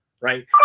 right